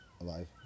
alive